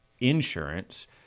insurance